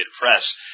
Press